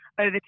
over